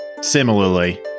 similarly